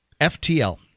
FTL